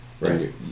Right